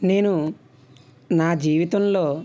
నేను నా జీవితంలో